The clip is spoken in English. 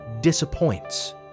disappoints